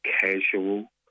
casual